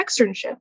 externship